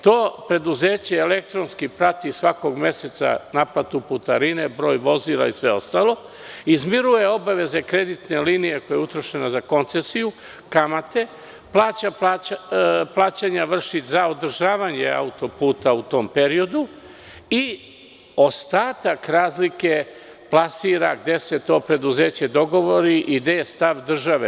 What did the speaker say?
To preduzeće elektronski prati, svakog meseca, naplatu putarine, broj vozila i sve ostalo; izmiruje obaveze kreditne linije koja je utrošena za koncesiju, kamate; plaćanja vrši za održavanje autoputa u tom periodu i ostatak razlike plasira gde se to preduzeće dogovori i gde je stav države.